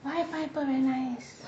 why pineapple very nice